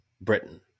Britain